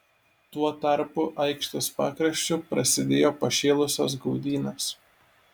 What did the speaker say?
tuo tarpu aikštės pakraščiu prasidėjo pašėlusios gaudynės